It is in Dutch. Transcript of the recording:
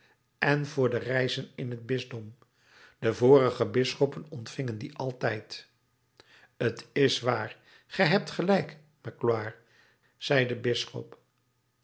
en voor de reizen in het bisdom de vorige bisschoppen ontvingen die altijd t is waar gij hebt gelijk magloire zei de bisschop